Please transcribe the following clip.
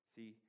See